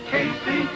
Casey